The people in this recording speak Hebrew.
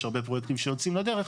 יש הרבה פרויקטים שיוצאים לדרך,